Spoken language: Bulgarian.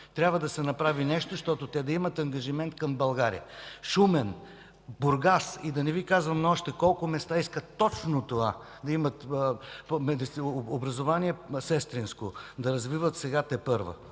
Трябва да се направи нещо, та те да имат ангажимент към България. В Шумен, Бургас и да не Ви казвам на още колко места искат точно това – да имат сестринско образование, което да развиват тепърва.